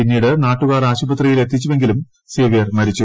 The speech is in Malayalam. പിന്നീട് നാട്ടുകാർ ആശുപത്രിയിൽ എത്തിച്ചുവെങ്കിലും സേവ്യർ മരിച്ചു